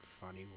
funny